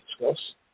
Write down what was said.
discuss